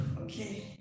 okay